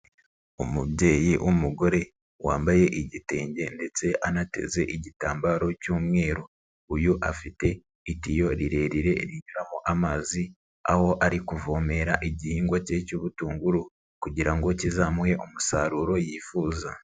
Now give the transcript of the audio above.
Umubyeyi w'umugore wambaye igitenge ndetse anateze igitambaro cy'umweru, uyu afite itio rirerire rinyumo amazi aho ari kuvomera igihingwa cye cy'ubutunguru kugira ngo kizamuhe umusaruro yifuza.